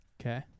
Okay